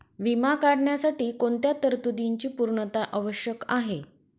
विमा काढण्यासाठी कोणत्या तरतूदींची पूर्णता आवश्यक आहे?